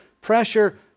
pressure